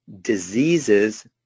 Diseases